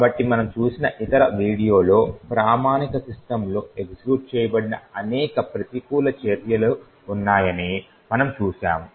కాబట్టి మనము చూసిన ఇతర వీడియోలలో ప్రామాణిక సిస్టమ్స్ లో ఎగ్జిక్యూట్ చేయబడిన అనేక ప్రతికూల చర్యలు ఉన్నాయని మనము చూశాము